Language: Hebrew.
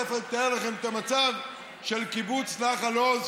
תכף אני אתאר לכם את המצב של קיבוץ נחל עוז,